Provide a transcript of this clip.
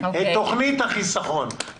את תוכנית החיסכון,